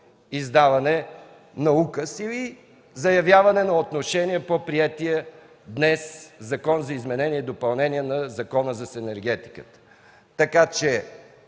издаване на указ или заявяване на отношение по приетия днес Закон за изменение и допълнение на Закона за енергетиката. Така че